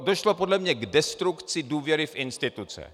Došlo podle mě k destrukci důvěry v instituce.